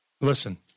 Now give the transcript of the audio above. Listen